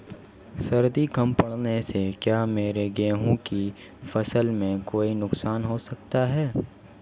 सर्दी कम पड़ने से क्या मेरे गेहूँ की फसल में कोई नुकसान हो सकता है?